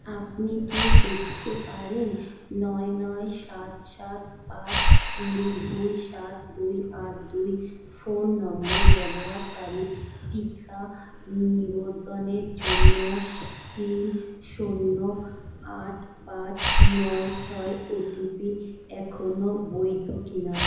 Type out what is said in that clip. আপনি কি দেখতে পারেন নয় নয় সাত সাত পাঁচ তিন দুই সাত দুই আট দুই ফোন নম্বর ব্যবহারকারীর টিকা নিবদ্ধনের জন্য তিন শূন্য আট পাঁচ নয় ছয় ওটিপি এখনো বৈধ কিনা